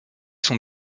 sont